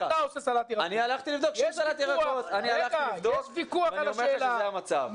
אני הלכתי לבדוק ואני אומר לך שזה המצב.